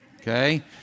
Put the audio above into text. Okay